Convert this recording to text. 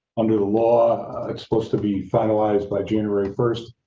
under the law it's supposed to be finalized by january first.